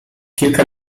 kilka